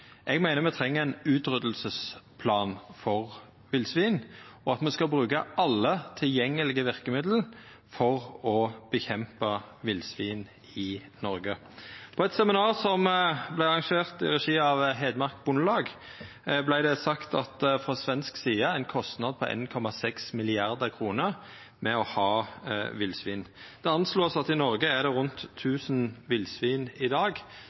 Eg meiner me treng ein utryddingsplan for villsvin, og at me skal bruka alle tilgjengelege verkemiddel for å nedkjempa villsvin i Noreg. På eit seminar som vart arrangert i regi av Hedmark Bondelag, vart det sagt at på svensk side har dei ein kostnad på 1,6 mrd. kr med å ha villsvin. Det er anslått at i Noreg er det rundt 1 000 villsvin i dag.